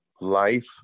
life